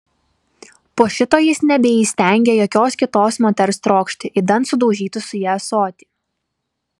po šito jis nebeįstengė jokios kitos moters trokšti idant sudaužytų su ja ąsotį